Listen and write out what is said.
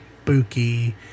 spooky